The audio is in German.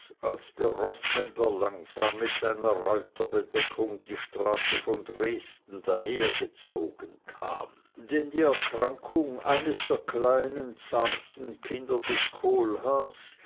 als der roßhändler langsam mit seiner reuterbedeckung die straße von dresden dahergezogen kam denn die erkrankung eines der kleinen zarten kinder des kohlhaas